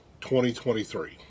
2023